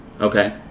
Okay